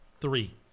three